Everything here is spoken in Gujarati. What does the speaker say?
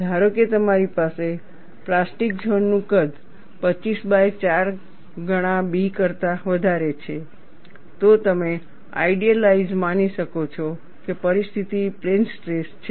ધારો કે તમારી પાસે પ્લાસ્ટિક ઝોન નું કદ 254 ગણા B કરતા વધારે છે તો તમે આઇડીયલાઇઝ માની શકો છો કે પરિસ્થિતિ પ્લેન સ્ટ્રેસ છે